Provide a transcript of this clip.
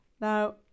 Now